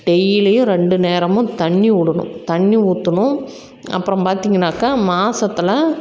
டெய்லியும் ரெண்டு நேரமும் தண்ணி விடணும் தண்ணி ஊற்றணும் அப்புறம் பார்த்திங்கன்னாக்கா மாதத்துல